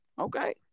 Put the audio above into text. Okay